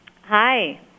Hi